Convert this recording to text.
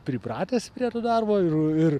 pripratęs prie to darbo ir ir